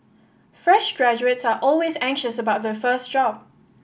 fresh graduates are always anxious about their first job